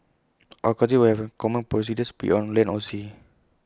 all countries will have common procedures be IT on land or sea